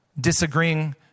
disagreeing